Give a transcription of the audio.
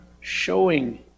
showing